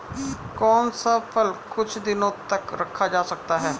कौन सा फल कुछ दिनों तक रखा जा सकता है?